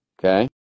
Okay